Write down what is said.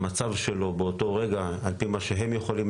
המצב שלו באותו רגע על פי מה שהם יכולים